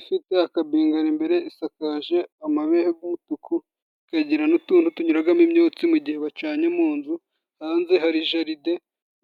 Ifite akabingaro imbere, isakaje amabara g'umutuku, ikagira n'utuntu tunyuragamo imyutsi mu gihe bacanye mu nzu, hanze hari jaride,